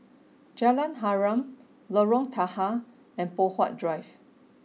Jalan Harum Lorong Tahar and Poh Huat Drive